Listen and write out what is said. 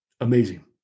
Amazing